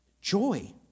joy